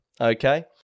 Okay